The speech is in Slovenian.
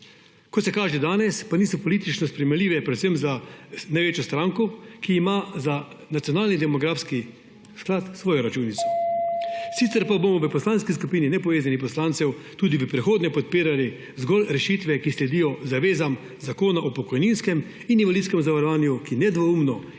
Kot se kaže danes, pa niso politično sprejemljive predvsem za največjo stranko, ki ima za nacionalni demografski sklad svojo računico. Sicer pa bomo v Poslanski skupini nepovezanih poslancev tudi v prihodnje podpirali zgolj rešitve, ki sledijo zavezam Zakona o pokojninskem in invalidskem zavarovanju, ki nedvoumno